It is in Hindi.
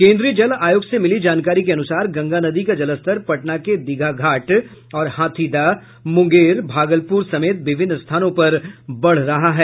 केंद्रीय जल आयोग से मिली जानकारी के अनुसार गंगा नदी का जलस्तर पटना के दीघाघाट और हाथीदह मुंगेर भागलपुर समेत विभिन्न स्थानों पर बढ़ रहा है